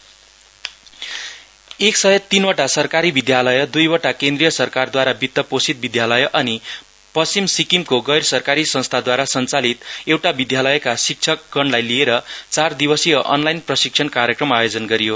training school teacher एकसय तीनवटा सरकारी विद्यालय दईवटा केन्द्र सरकारद्वारा वितपोषित विद्यालय अनि पश्चिम सिक्किमको गैर सरकारी संस्थाद्वारा सञ्चालित एउटा विद्यालयका शिक्षकगणलाई लिएर चार दिवसीय अनलाइन प्रशिक्षण कार्यक्रम आयोजना गरियो